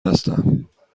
هستم